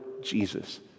Jesus